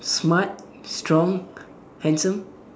smart strong handsome